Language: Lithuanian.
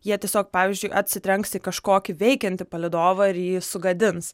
jie tiesiog pavyzdžiui atsitrenks į kažkokį veikiantį palydovą ir jį sugadins